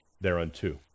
thereunto